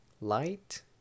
light